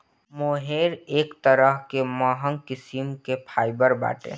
मोहेर एक तरह कअ महंग किस्म कअ फाइबर बाटे